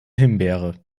himbeere